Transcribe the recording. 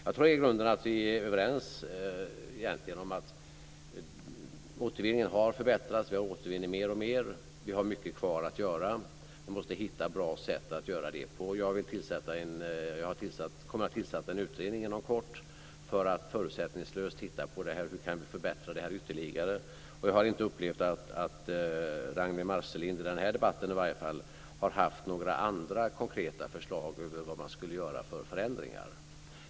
Jag tror att vi i grunden är överens om att återvinningen har förbättrats och att vi återvinner mer och mer. Vi har mycket kvar att göra, och vi måste hitta bra sätt att göra det på. Jag kommer att tillsätta en utredning inom kort för att förutsättningslöst titta på hur vi kan förbättra det här ytterligare. Jag har inte upplevt att Ragnwi Marcelind, i varje fall inte i den här debatten, har haft några andra konkreta förslag på vilka förändringar man skulle göra.